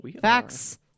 Facts